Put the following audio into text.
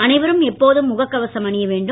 அனைவரும் எப்போதும் முகக் கவசம் அணிய வேண்டும்